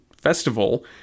festival